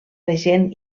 regent